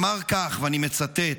אמר כך, ואני מצטט: